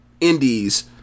indies